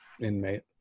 inmate